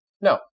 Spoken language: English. No